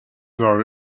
though